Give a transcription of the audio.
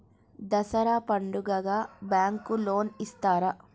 దసరా పండుగ bank loan ఇస్తారా?